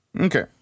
Okay